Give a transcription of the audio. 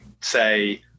say